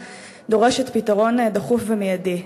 לרבות דוגמאות למאבק בעוני ברחבי העולם.